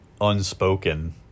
unspoken